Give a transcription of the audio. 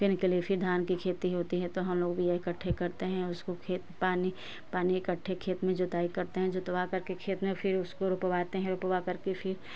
फिर कलेफी धान की खेती होती तो हम लोग भी इकट्ठे करते हैं उसको के पानी पानी इकट्ठे खेत में जुताई करते हैं जुतवा करके फिर उसको खेत में रोपवाते हैं रोपवा करके फिर